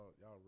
y'all